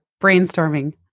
brainstorming